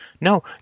No